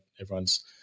everyone's